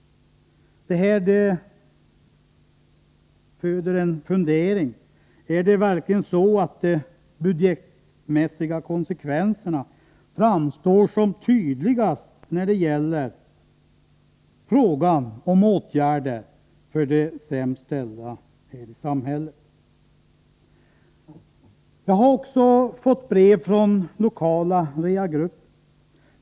Det här föder en fundering: Är det verkligen så, att de budgetmässiga konsekvenserna framstår som tydligast när det gäller frågan om åtgärder för de sämst ställda här i samhället? Vidare har jag fått brev från lokala reha-grupper.